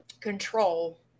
control